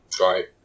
Right